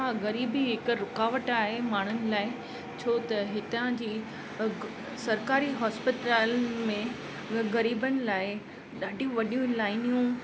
हा ग़रीबी हिकु रुकावट आहे माण्हुनि लाइ छो त हितां जी अग सरकारी होस्पतालनि में ग़रीबनि लाइ ॾाढियूं वॾियूं लाइनियूं